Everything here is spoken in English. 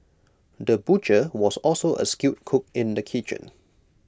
the butcher was also A skilled cook in the kitchen